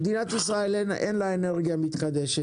למדינת ישראל אין אנרגיה מתחדשת,